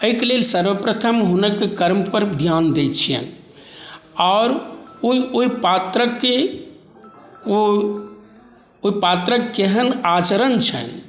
एहिके लेल सर्वप्रथम हुनक कर्मपर ध्यान दैत छिअनि आओर ओहि पात्रके ओहि पात्रक केहन आचरण छनि